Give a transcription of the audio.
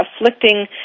afflicting